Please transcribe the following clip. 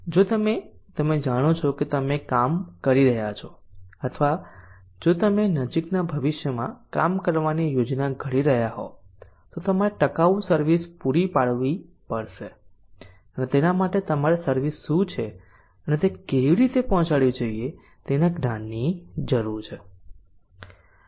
જો તમે તમે જાણો છો કે તમે કામ કરી રહ્યા છો અથવા જો તમે નજીકના ભવિષ્યમાં કામ કરવાની યોજના ઘડી રહ્યા હોવ તો તમારે ટકાઉ સર્વિસ પૂરી પાડવી પડશે અને તેના માટે તમારે સર્વિસ શું છે અને તે કેવી રીતે પહોંચાડવી જોઈએ તેના જ્ઞાનની જરૂર છે